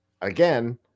again